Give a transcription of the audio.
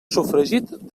sofregit